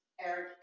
Eric